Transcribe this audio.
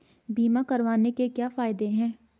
बीमा करवाने के क्या फायदे हैं?